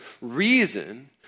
reason